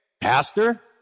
pastor